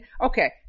okay